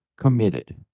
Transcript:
committed